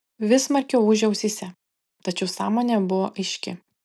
vis smarkiau ūžė ausyse tačiau sąmonė buvo aiški